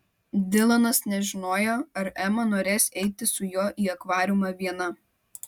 dilanas nežinojo ar ema norės eiti su juo į akvariumą viena